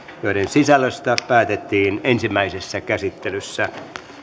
joiden sisällöstä päätettiin ensimmäisessä käsittelyssä